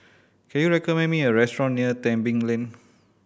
can you recommend me a restaurant near Tebing Lane